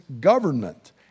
government